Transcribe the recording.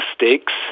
mistakes